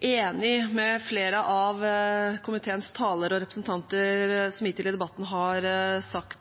enig med flere av komiteens talere og representanter som i debatten har sagt